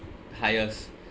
highest